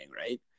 right